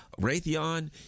Raytheon